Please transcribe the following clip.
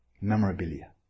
memorabilia